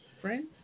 friends